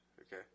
Okay